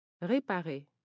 Réparer